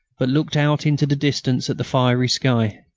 but looked out into the distance at the fiery sky.